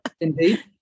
Indeed